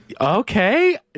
Okay